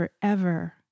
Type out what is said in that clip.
forever